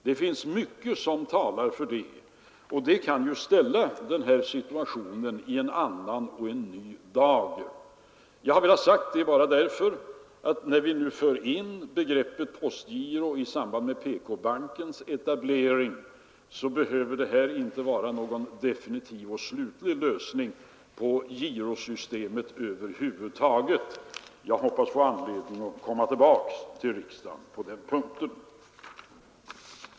Det finns mycket som talar härför, och det kan medföra att den här situationen kommer i en ny dager. Jag har velat säga detta bara därför att när vi nu tar upp frågan om postgirot i samband med PK-bankens etablering, så behöver det beslut vi fattar i dag inte innebära någon definitiv och slutlig lösning när det gäller girosystemet över huvud taget. Jag hoppas att få anledning att komma tillbaka till riksdagen på den punkten.